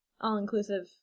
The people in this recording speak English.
all-inclusive